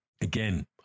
Again